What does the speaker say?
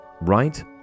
right